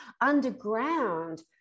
underground